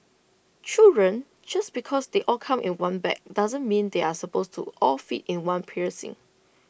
children just because they all come in one bag doesn't mean they are supposed to all fit in one piercing